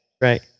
Right